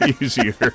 easier